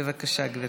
בבקשה, גברתי.